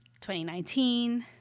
2019